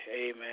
Amen